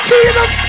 Jesus